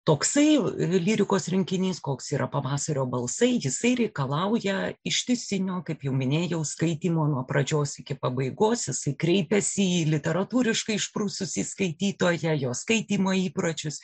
toksai lyrikos rinkinys koks yra pavasario balsai jisai reikalauja ištisinio kaip jau minėjau skaitymo nuo pradžios iki pabaigos jisai kreipiasi į literatūriškai išprususį skaitytoją jo skaitymo įpročius